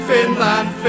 Finland